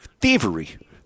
thievery